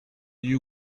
you